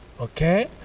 Okay